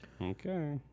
Okay